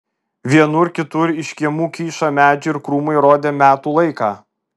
vienur kitur iš kiemų kyšą medžiai ir krūmai rodė metų laiką